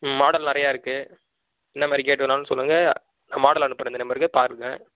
ம் மாடல் நிறையா இருக்கு என்னமாதிரி கேட் வேணாலும் சொல்லுங்கள் நான் மாடல் அனுப்புகிறேன் இந்த நம்பருக்கு பாருங்கள்